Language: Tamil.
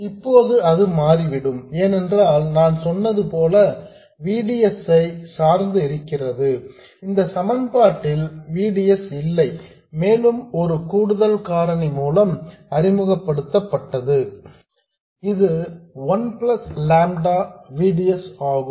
இப்போது அது மாறிவிடும் ஏனென்றால் நான் சொன்னது போல V D S ஐ சார்ந்து இருக்கிறது இந்த சமன்பாட்டில் V D S இல்லை மேலும் இது ஒரு கூடுதல் காரணி மூலம் அறிமுகப்படுத்தப்பட்டது இது one plus lambda V D S ஆகும்